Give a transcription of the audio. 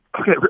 Okay